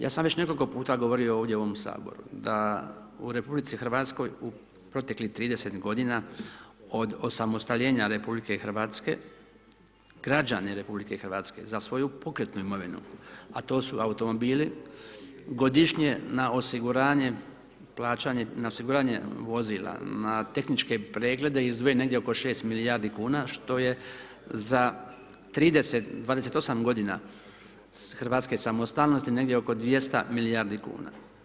Ja sam već nekoliko puta govorio ovdje u ovom Saboru da u RH u proteklih 30 godina od osamostaljenja RH građani RH za svoju pokretnu imovinu a to su automobili godišnje na osiguranje, plaćanje, na osiguranje vozila na tehničke preglede izdvojeno je negdje oko 6 milijardi kuna što je za 30 28 godina s Hrvatske samostalnosti negdje oko 200 milijardi kuna.